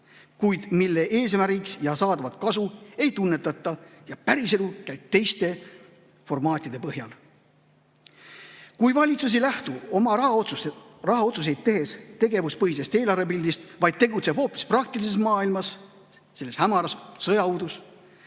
kuid mille eesmärke ja saadavat kasu ei tunnetata – päriselu käib teiste formaatide põhjal. [---] Muide, ka valitsus ei lähtu oma rahastusotsuseid tehes tegevuspõhisest eelarvepildist, vaid tegutseb praktilisemas maailmas." Selles hämaras sõjaudus